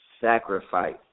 sacrifice